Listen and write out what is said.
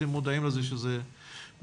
אתם מודעים לזה שזה בעייתי,